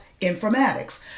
informatics